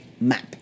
map